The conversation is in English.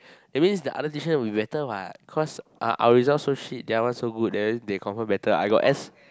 that means the other tuition will be better what cause our our result so shit theirs one so good that mean they confirm better I got S